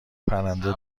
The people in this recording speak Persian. پرنده